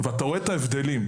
ואתה רואה את ההבדלים.